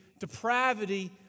depravity